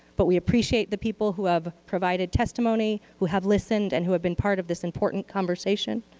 but we appreciate the people who have provided testimony, who have listened, and who have been part of this important conversation.